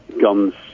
guns